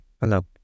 Hello